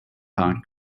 park